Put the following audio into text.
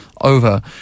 over